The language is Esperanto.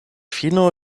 fino